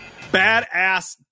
badass